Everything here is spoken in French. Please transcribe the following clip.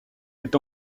est